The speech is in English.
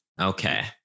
Okay